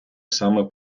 саме